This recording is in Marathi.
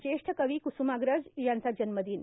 आज ज्येष्ठ कवी कुसुमाग्रज यांचा जन्मदिन